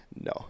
No